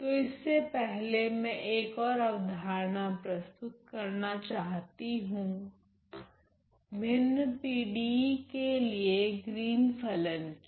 तो इससे पहले मैं एक ओर अवधारणा प्रस्तुत करना चाहती हूँ भिन्न PDE के लिए ग्रीन फलन की